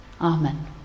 Amen